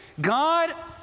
God